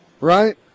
right